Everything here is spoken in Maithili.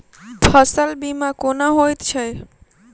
फसल बीमा कोना होइत छै?